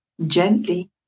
Gently